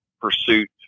pursuit